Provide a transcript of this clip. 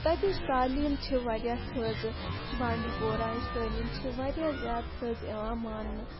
تَتِچ تٲلیٖم چھِ واریاہ تھٔز بانٛڈی پوراہٕچ تٲلیٖم چھِ واریاہ زیادٕ تھٔز یوان ماننہٕ